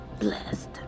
blessed